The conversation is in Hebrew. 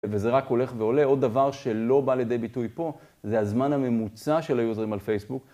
וזה רק הולך ועולה, עוד דבר שלא בא לידי ביטוי פה זה הזמן הממוצע של היוזרים על פייסבוק.